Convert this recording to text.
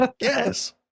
Yes